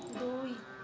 ଦୁଇ